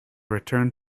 returned